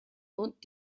und